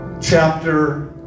Chapter